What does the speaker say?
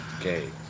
Okay